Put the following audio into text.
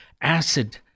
acid